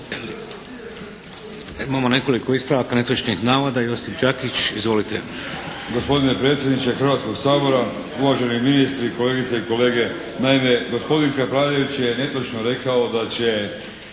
Imamo nekoliko ispravaka netočnih navoda. Josip Đakić. Izvolite!